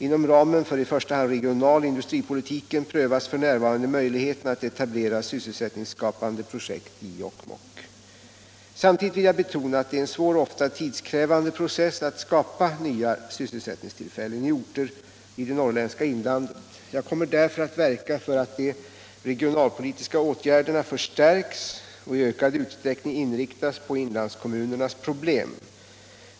Inom ramen för i första hand regionaloch industripolitiken prövas f. n. möjligheterna att etablera sysselsättningsskapande projekt i Jokkmokk. Samtidigt vill jag betona att det är en svår och ofta tidskrävande process att skapa nya sysselsättningstillfällen i orter i det norrländska inlandet. Jag kommer därför att verka för att de regionalpolitiska åtgärderna förstärks och i ökad utsträckning inriktas på inlandskommunernas problem.